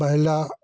महिला